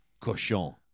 cochon